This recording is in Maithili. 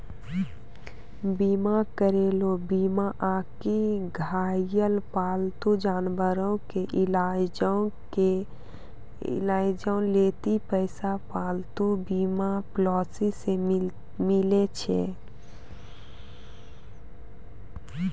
बीमा करैलो बीमार आकि घायल पालतू जानवरो के इलाजो लेली पैसा पालतू बीमा पॉलिसी से मिलै छै